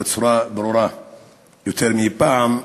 בצורה ברורה יותר מפעם,